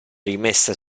rimessa